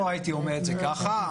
לא הייתי אומר את זה ככה.